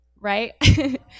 right